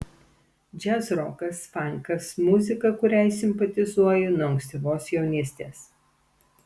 džiazrokas fankas muzika kuriai simpatizuoju nuo ankstyvos jaunystės